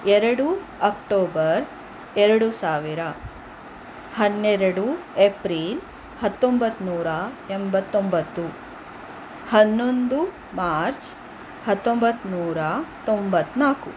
ಎರಡು ಅಕ್ಟೋಬರ್ ಎರಡು ಸಾವಿರ ಹನ್ನೆರಡು ಏಪ್ರಿಲ್ ಹತ್ತೊಂಬತ್ತು ನೂರ ಎಂಬತ್ತೊಂಬತ್ತು ಹನ್ನೊಂದು ಮಾರ್ಚ್ ಹತ್ತೊಂಬತ್ತು ನೂರ ತೊಂಬತ್ತ್ನಾಲ್ಕು